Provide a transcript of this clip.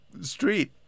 street